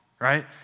right